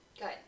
Good